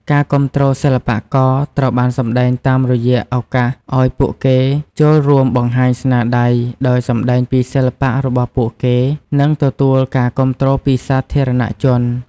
ការគាំទ្រសិល្បករ ត្រូវបានសម្ដែងតាមរយៈឱកាសឲ្យពួកគេចូលរួមបង្ហាញស្នាដៃ ដោយសម្តែងពីសិល្បៈរបស់ពួកគេ និងទទួលការគាំទ្រពីសាធារណជន។